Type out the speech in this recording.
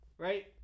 Right